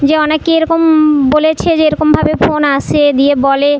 যে অনেকে এরকম বলেছে যে এরকমভাবে ফোন আসে দিয়ে বলে